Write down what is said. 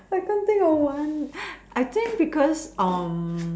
I can't think of one I think because um